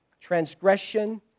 Transgression